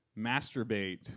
masturbate